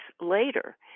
later